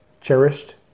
cherished